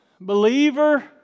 believer